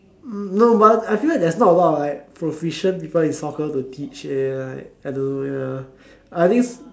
mm no but I feel like there's not a lot of like proficient people in soccer to teach eh like I don't know eh I think